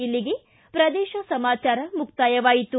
ಇಲ್ಲಿಗೆ ಪ್ರದೇಶ ಸಮಾಚಾರ ಮುಕ್ತಾಯವಾಯಿತು